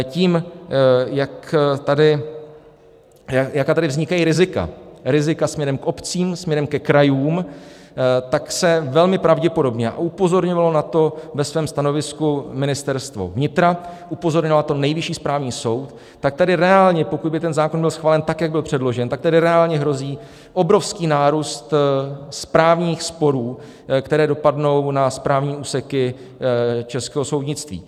Tím, jaká tady vznikají rizika, rizika směrem k obcím, směrem ke krajům, tak se velmi pravděpodobně a upozorňovalo na to ve svém stanovisku Ministerstvo vnitra, upozorňoval na to Nejvyšší správní soud tak tady reálně, pokud by ten zákon byl schválen tak, jak byl předložen, tak tady reálně hrozí obrovský nárůst správních sporů, které dopadnou na správní úseky českého soudnictví.